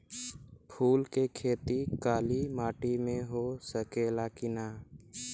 फूल के खेती काली माटी में हो सकेला की ना?